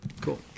Cool